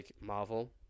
Marvel